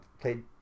played